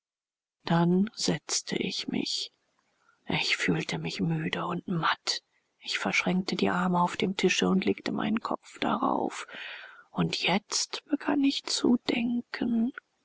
dann setzte ich mich ich fühlte mich müde und matt ich verschränkte die arme auf dem tische und legte meinen kopf darauf und jetzt begann ich zu denken